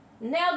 Now